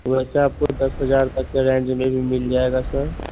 ویسے آپ کو دس ہزار تک کے رینج میں بھی مل جائے گا سر